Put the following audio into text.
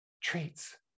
treats